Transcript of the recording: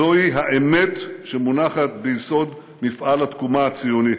זוהי האמת שמונחת ביסוד מפעל התקומה הציוני.